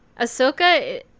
Ahsoka